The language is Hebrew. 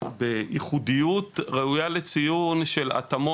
ובייחודיות ראויה לציון של התאמות,